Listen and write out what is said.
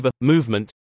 movement